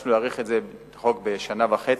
ביקשנו להאריך את תוקף החוק בשנה וחצי,